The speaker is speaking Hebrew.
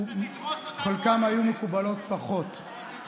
חלקן היו מקובלות פחות.